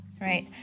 right